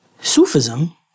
Sufism